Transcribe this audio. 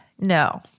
no